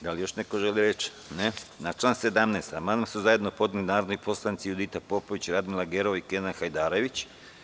Da li još neko želi reč? (Ne.) Na član 17. amandman su zajedno podneli narodni poslanici Judita Popović, Radmila Gerov i Kenan Hajdarević.